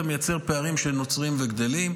אתה מייצר פערים שנוצרים וגדלים.